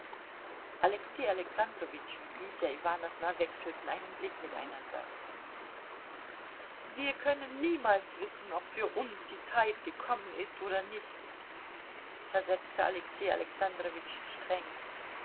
alexei alexandrowitsch und lydia iwanowna wechselten einen blick miteinander wir können niemals wissen ob für uns die zeit gekommen ist oder nicht versetzte alexei alexandrowitsch streng